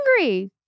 angry